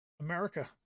America